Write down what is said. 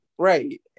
right